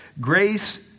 grace